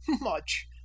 Much